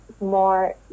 more